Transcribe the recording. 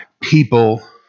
People